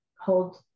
hold